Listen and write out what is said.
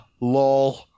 lol